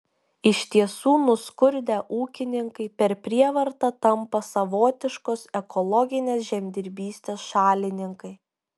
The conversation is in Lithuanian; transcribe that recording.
iš tiesų nuskurdę ūkininkai per prievartą tampa savotiškos ekologinės žemdirbystės šalininkai